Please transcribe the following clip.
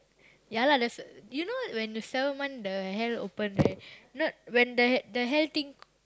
ya lah that's you know when the seven month the hell open right you know when the the hell thing